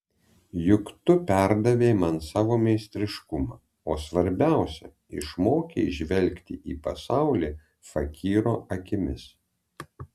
juk tu perdavei man savo meistriškumą o svarbiausia išmokei žvelgti į pasaulį fakyro akimis